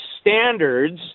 standards